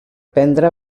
prendre